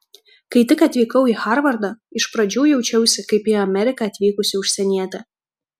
kai tik atvykau į harvardą iš pradžių jaučiausi kaip į ameriką atvykusi užsienietė